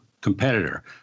competitor